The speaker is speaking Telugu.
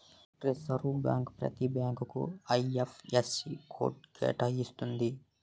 రిజర్వ్ బ్యాంక్ ప్రతి బ్యాంకుకు ఐ.ఎఫ్.ఎస్.సి కోడ్ కేటాయిస్తుంది